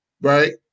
right